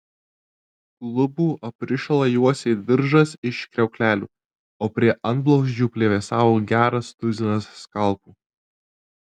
klubų aprišalą juosė diržas iš kriauklelių o prie antblauzdžių plevėsavo geras tuzinas skalpų